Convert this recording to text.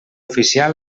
oficial